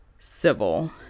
civil